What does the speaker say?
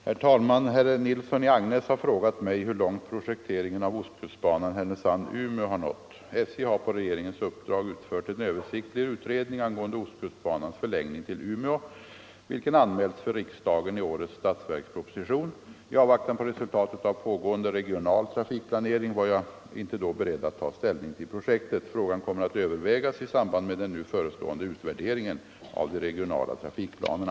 Herr talman! Herr Nilsson i Agnäs har frågat mig hur långt projekteringen av ostkustbanan Härnösand-Umeå har nått. statsverksproposition. I avvaktan på resultatet av pågående regional trafikplanering var jag inte då beredd att ta ställning till projektet. Frågan kommer att övervägas i samband med den nu förestående utvärderingen av de regionala trafikplanerna.